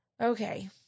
Okay